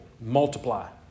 multiply